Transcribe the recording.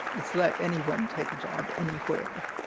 it's let anyone take a job anywhere.